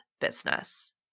business